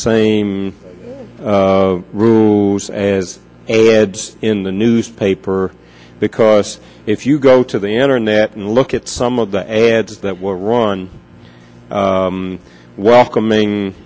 same rules as a ads in the newspaper because if you go to the internet and look at some of the ads that were on welcoming